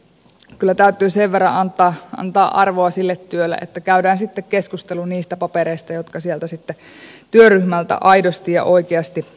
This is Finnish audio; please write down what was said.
kyllä täytyy sen verran antaa arvoa sille työlle että käydään sitten keskustelu niistä papereista jotka sieltä sitten työryhmältä aidosti ja oikeasti julki tuodaan